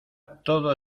todo